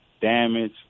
damage